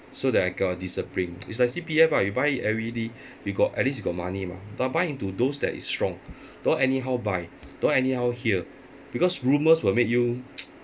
so that I got a discipline it's like C_P_F ah you buy it every day you got at least got money mah but buy into those that is strong don't anyhow buy don't anyhow hear because rumours will make you